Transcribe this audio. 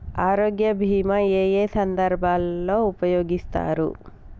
ఆరోగ్య బీమా ఏ ఏ సందర్భంలో ఉపయోగిస్తారు?